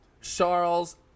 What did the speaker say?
Charles